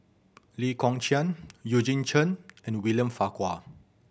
Lee Kong Chian Eugene Chen and William Farquhar